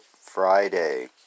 Friday